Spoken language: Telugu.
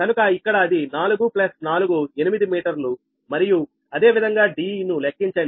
కనుక ఇక్కడ అది4 ప్లస్ 4 8 మీటర్లు మరియు అదేవిధంగా d ను లెక్కించండి